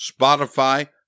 Spotify